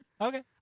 Okay